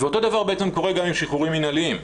אותו דבר קורה גם עם שחרורים מינהליים.